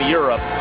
Europe